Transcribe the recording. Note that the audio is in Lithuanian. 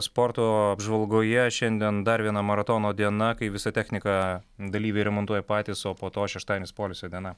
sporto apžvalgoje šiandien dar viena maratono diena kai visą techniką dalyviai remontuoja patys o po to šeštadienis poilsio diena